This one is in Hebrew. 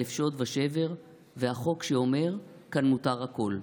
אלף שוד ושבר / והחוק שאומר: כאן מותר הכול.